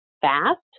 fast